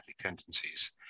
tendencies